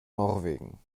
norwegen